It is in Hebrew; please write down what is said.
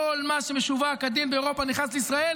כל מה שמשווק כדין לאירופה נכנס לישראל,